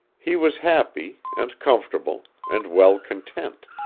he was happy, and comfortable, and well content.